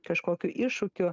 kažkokių iššūkių